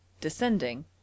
descending